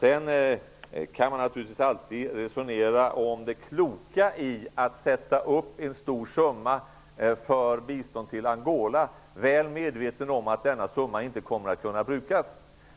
Sedan kan man naturligtvis alltid resonera om det kloka i att sätta av en stor summa för bistånd till Angola, väl medveten om att denna summa inte kommer att kunna brukas.